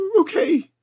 Okay